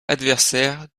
adversaire